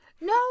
No